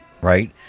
right